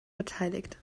beteiligt